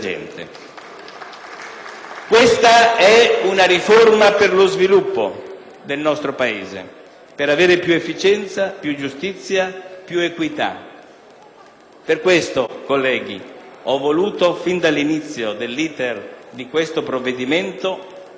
Questa è una riforma per lo sviluppo del nostro Paese, per avere più efficienza, più giustizia, più equità. Per questo, colleghi, ho voluto fin dall'inizio dell'*iter* di questo provvedimento ascoltare con